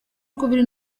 ukubiri